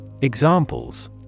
Examples